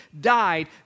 died